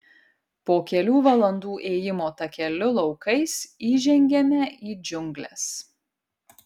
po kelių valandų ėjimo takeliu laukais įžengiame į džiungles